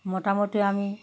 মোটামুটি আমি